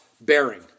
bearing